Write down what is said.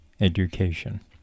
education